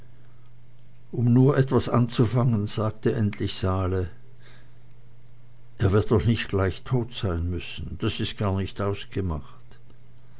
um nur etwas anzufangen sagte endlich sali er wird doch nicht gleich tot sein müssen das ist gar nicht ausgemacht